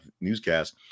newscast